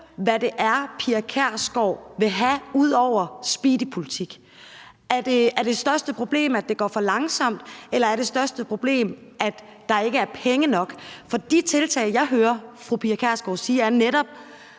hvad det er, fru Pia Kjærsgaard vil have ud over speedy politik. Er det største problem, at det går for langsomt, eller er det største problem, at der ikke er penge nok? For de tiltag, jeg hører fru Pia Kjærsgaard nævne, er netop,